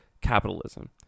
capitalism